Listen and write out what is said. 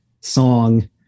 song